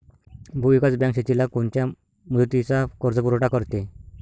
भूविकास बँक शेतीला कोनच्या मुदतीचा कर्जपुरवठा करते?